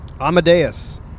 Amadeus